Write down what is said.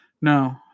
no